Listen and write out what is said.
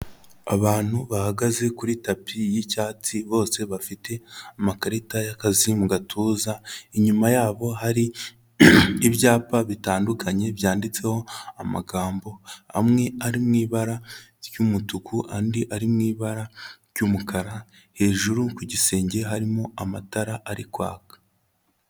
Abantu bahagaze kuri tapi y'icyatsi, bose bafite amakarita y'akazi mu gatuza, inyuma yabo hari ibyapa bitandukanye, byanditseho amagambo, amwe ari mu ibara ry'umutuku, andi ari mu ibara ry'umukara. Hejuru ku gisenge, harimo amatara ari kwaka.